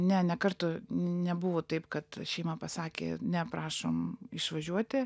ne nė karto nebuvo taip kad šeima pasakė ne prašom išvažiuoti